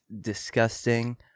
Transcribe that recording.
disgusting